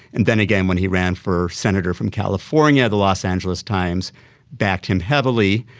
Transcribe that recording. and then again when he ran for senator from california, the los angeles times backed him heavily.